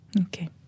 Okay